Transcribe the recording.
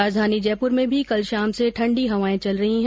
राजधानी जयपुर में भी कल शाम से ठण्डी हवाएं चल रही है